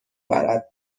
برد